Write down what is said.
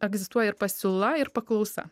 egzistuoja ir pasiūla ir paklausa